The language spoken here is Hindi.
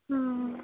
हाँ